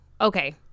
okay